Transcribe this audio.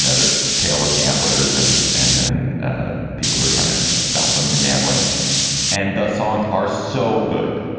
you know this tale of gamblers and and then people who are trying to stop them from gambling and the songs are so good,